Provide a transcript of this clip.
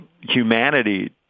humanity